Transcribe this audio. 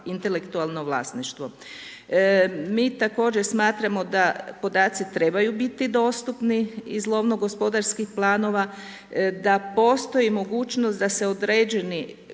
intelektualno vlasništvo. Mi također smatramo da podaci trebaju biti dostupni iz lovno-gospodarskih planova, da postoji mogućnost da se određeni